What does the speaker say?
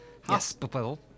Hospital